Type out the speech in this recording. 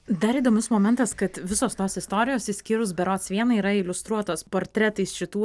dar įdomus momentas kad visos tos istorijos išskyrus berods vieną yra iliustruotos portretais šitų